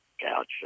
couch